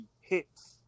hits